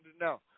now